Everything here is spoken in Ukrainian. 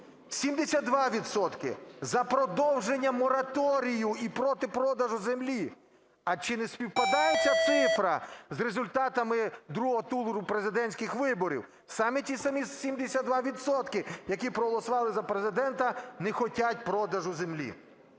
за продовження мораторію і проти продажу землі. А чи не співпадає ця цифра з результатами другого туру президентських виборів? Саме ті самі 72 відсотки, які проголосували за Президента, не хочуть продажу землі.